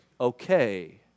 okay